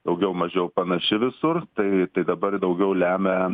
daugiau mažiau panaši visur tai tai dabar daugiau lemia